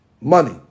money